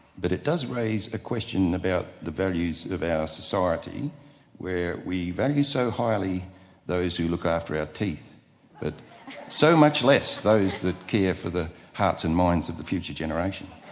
but it does raise a question about the values of our society where we value so highly those who look after our teeth but so much less those that care for the hearts and minds of the future generation.